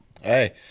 hey